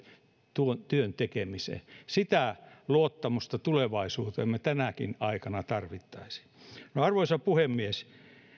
ja työn tekemiseen sitä luottamusta tulevaisuuteen me tänäkin aikana tarvitsisimme arvoisa puhemies